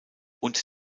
und